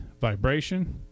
vibration